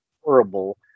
horrible